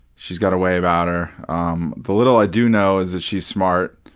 she's got a way about her. um the little i do know is that she's smart.